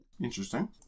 Interesting